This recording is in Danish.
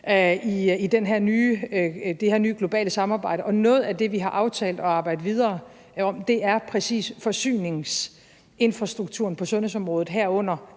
her nye globale samarbejde, og noget af det, vi har aftalt at arbejde videre om, er præcis forsyningsinfrastrukturen på sundhedsområdet, herunder